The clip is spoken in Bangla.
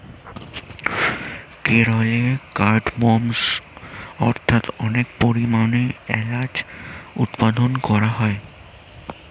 কেরলে কার্ডমমস্ অর্থাৎ অনেক পরিমাণে এলাচ উৎপাদন করা হয়